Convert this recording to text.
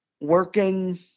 working